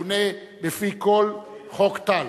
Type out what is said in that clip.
המכונה בפי כול חוק טל.